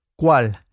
¿Cuál